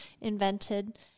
invented